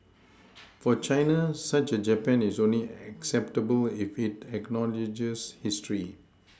for China such a Japan is only acceptable if it acknowledges history